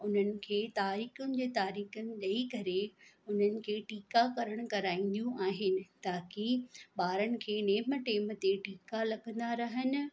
उन्हनि खे तारीख़नि में तारीख़ु ॾई करे उन्हनि खे टीकाकरण कराईंदियूं आहिनि ताकि ॿारनि खे नेम टेम ते टीका लॻंदा रहनि